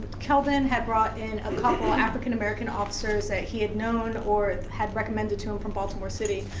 kelvin had brought in a couple of african american officers that he had known or had recommended to him from baltimore city.